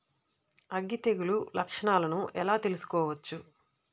అగ్గి తెగులు లక్షణాలను ఎలా తెలుసుకోవచ్చు?